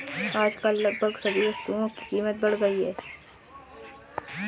आजकल लगभग सभी वस्तुओं की कीमत बढ़ गई है